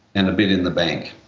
and a bit in the bank.